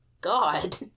God